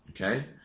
Okay